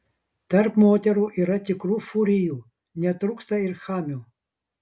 tarp moterų yra tikrų furijų netrūksta ir chamių